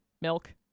milk